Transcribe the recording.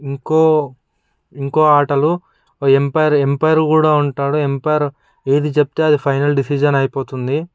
ఇంకో ఇంకో ఆటలు ఎంపైర్ ఎంపైర్ కూడా ఉంటాడు ఎంపైర్ ఏది చెప్తే అది ఫైనల్ డెసిషన్ అయిపోతుంది